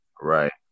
Right